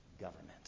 government